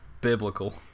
biblical